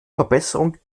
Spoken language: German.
verbesserung